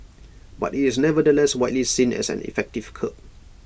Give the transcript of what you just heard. but IT is nevertheless widely seen as an effective curb